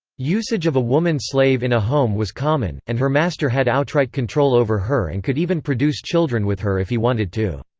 usage of a woman slave in a home was common, and her master had outright control over her and could even produce children with her if he wanted to.